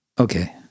Okay